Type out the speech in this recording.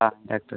हां डाक्टर